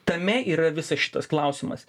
tame yra visas šitas klausimas